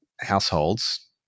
households